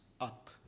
up